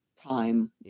time